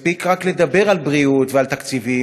מספיק רק לדבר על בריאות ועל תקציבים,